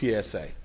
PSA